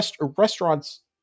restaurants